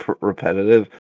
repetitive